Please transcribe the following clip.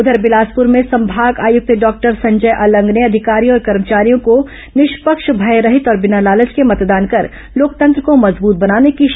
उधर बिलासपुर में संभाग आयुक्त डॉक्टर संजय अलंग ने अधिकारियों और कर्मचारियों को निष्पक्ष भयरहित और बिना लालच के मतदान कर लोकतंत्र को मजबूत बनाने की शपथ दिलाई